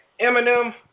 Eminem